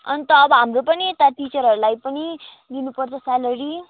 अन्त अब हाम्रो पनि त टिचरहरूलाई पनि दिनुपर्छ स्यालेरी